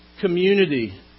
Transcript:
community